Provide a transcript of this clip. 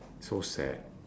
so sad